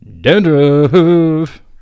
Dandruff